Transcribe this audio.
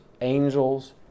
angels